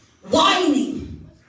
whining